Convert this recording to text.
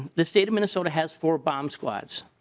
the state of minnesota has four bomb squads.